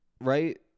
right